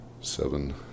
Seven